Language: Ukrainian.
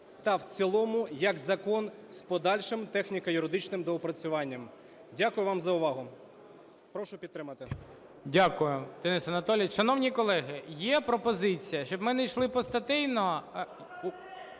та в цілому як закон з подальшим техніко-юридичним доопрацюванням. Дякую вам за увагу. Прошу підтримати. ГОЛОВУЮЧИЙ. Дякую, Денисе Анатолійовичу. Шановні колеги, є пропозиція, щоб ми не йшли постатейно…